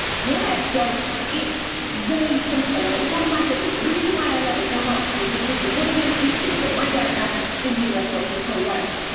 yeah. so it's very simple and it's one of my favorites. the reason why i love it so much is because it's one of those dishes that, my dad ran indian restaurants, his whole life,